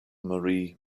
marie